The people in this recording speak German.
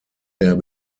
der